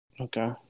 Okay